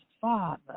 Father